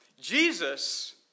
Jesus